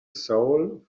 soul